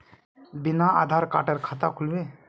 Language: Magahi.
बिना आधार कार्डेर खाता खुल बे?